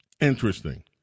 Interesting